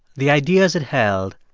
the ideas it held,